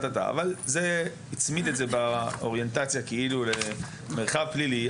זה הצמיד את זה באוריינטציה כאילו למרחב פלילי,